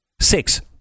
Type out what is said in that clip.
Six